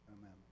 Amen